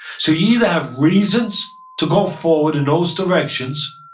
so either have reasons to go forward in those directions,